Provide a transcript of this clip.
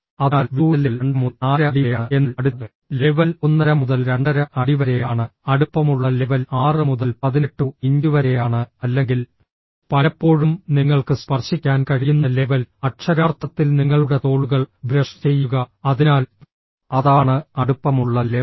അതിനാൽ വിദൂര ലെവൽ രണ്ടര മുതൽ നാലര അടി വരെയാണ് എന്നാൽ അടുത്ത ലെവൽ ഒന്നര മുതൽ രണ്ടര അടി വരെയാണ് അടുപ്പമുള്ള ലെവൽ 6 മുതൽ 18 ഇഞ്ച് വരെയാണ് അല്ലെങ്കിൽ പലപ്പോഴും നിങ്ങൾക്ക് സ്പർശിക്കാൻ കഴിയുന്ന ലെവൽ അക്ഷരാർത്ഥത്തിൽ നിങ്ങളുടെ തോളുകൾ ബ്രഷ് ചെയ്യുക അതിനാൽ അതാണ് അടുപ്പമുള്ള ലെവൽ